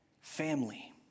family